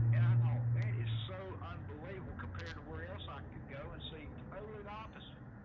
and i thought that is so unbelievable compared to where else i could go and see i live opposite.